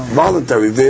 voluntary